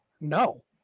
No